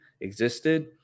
existed